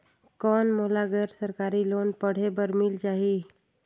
कौन मोला गैर सरकारी लोन पढ़े बर मिल जाहि?